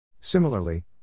Similarly